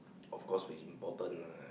of course kids important right